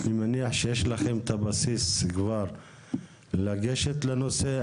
אני מניח שיש לכם את הבסיס כבר לגשת לנושא.